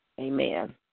Amen